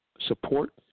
support